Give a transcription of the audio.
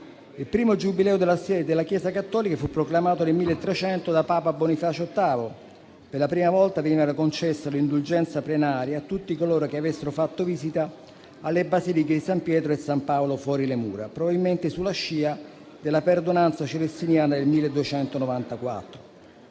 Il primo Giubileo della Chiesa cattolica fu proclamato nel 1300 da Papa Bonifacio VIII. Per la prima volta veniva concessa l'indulgenza plenaria a tutti coloro che avessero fatto visita alle basiliche di San Pietro e San Paolo fuori le mura, probabilmente sulla scia della Perdonanza celestiniana nel 1294.